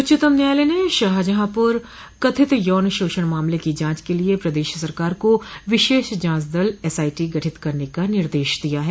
उच्चतम न्यायालय ने शाहजहांपुर कथित यौन शोषण मामले की जांच के लिये प्रदेश सरकार को विशेष जांच दल एसआईटी गठित करने का निर्देश दिया है